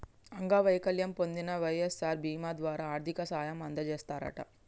అంగవైకల్యం పొందిన వై.ఎస్.ఆర్ బీమా ద్వారా ఆర్థిక సాయం అందజేస్తారట